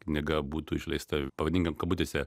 knyga būtų išleista pavadinkim kabutėse